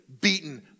beaten